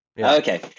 Okay